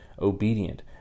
obedient